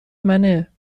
منه